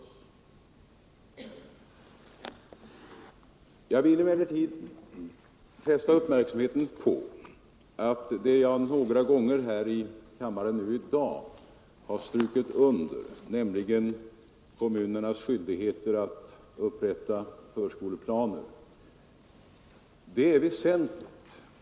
: ken i Norrlands Jag vill emellertid fästa uppmärksamheten på att det jag här i kammaren = kustområde har strukit under, nämligen kommunernas skyldigheter att upprätta förskoleplaner, är väsentligt.